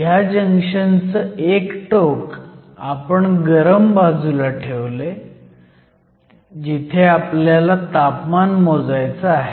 ह्या जंक्शन चं एक टोक आपण गरम बाजूला ठेवलंय जिथे आपल्याला तापमान मोजयचं आहे